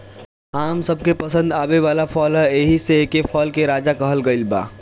आम सबके पसंद आवे वाला फल ह एही से एके फल के राजा कहल गइल बा